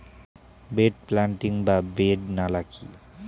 Bed planting বা bed নালা কি?